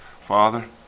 Father